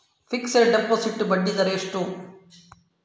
Fixed deposit ಬಡ್ಡಿ ದರ ಎಷ್ಟು?